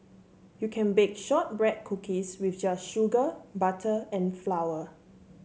you can bake shortbread cookies with just sugar butter and flour